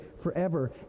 forever